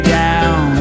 down